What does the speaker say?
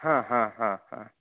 हा हा हा हा